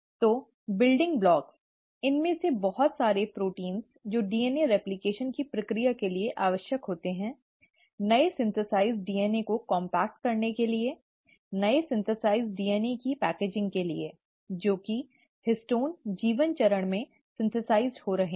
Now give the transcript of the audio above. तो building blocks इनमें से बहुत सारे प्रोटीन जो DNA रेप्लकेशन की प्रक्रिया के लिए आवश्यक होते हैं नए संश्लेषित DNA को काम्पैक्ट करने के लिए नए संश्लेषित DNA की पैकेजिंग के लिए जो कि हिस्टोन G1 चरण में संश्लेषित हो रहे हैं